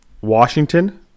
Washington